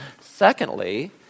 Secondly